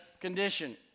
condition